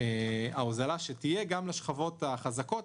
ההוזלה שתהיה גם לשכבות החזקות.